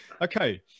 okay